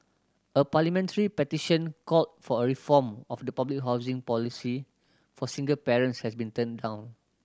a parliamentary petition call for a reform of the public housing policy for single parents has been turned down